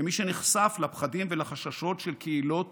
כמי שנחשף לפחדים ולחששות של קהילות